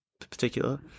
particular